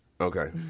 Okay